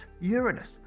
Uranus